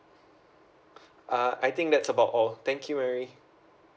uh I think that's about all thank you mary